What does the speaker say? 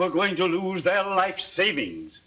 were going to lose their life savings